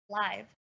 Live